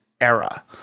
era